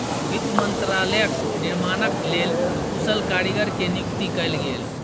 वित्त मंत्रालयक निर्माणक लेल कुशल कारीगर के नियुक्ति कयल गेल